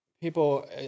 people